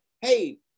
hey